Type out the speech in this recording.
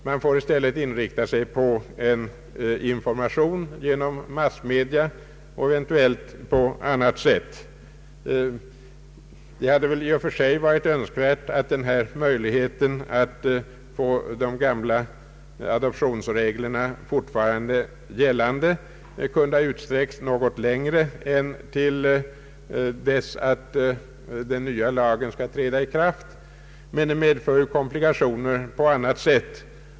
Man måste i stället inrikta sig på en information genom massmedia och eventuellt på annat sätt. Det hade i och för sig varit önskvärt att möjligheten att få de gamla adoptionsreglerna fortfarande gällande kunde ha utsträckts något längre än till dess att den nya lagen skall träda i kraft, men det medför komplikationer på annat sätt.